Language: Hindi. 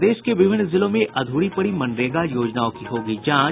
प्रदेश के विभिन्न जिलों में अधूरी पड़ी मनरेगा योजनाओं की होगी जांच